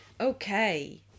Okay